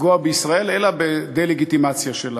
לפגוע בישראל, אלא בדה-לגיטימציה שלה.